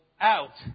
out